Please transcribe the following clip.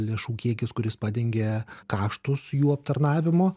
lėšų kiekis kuris padengia kaštus jų aptarnavimo